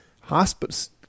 hospitals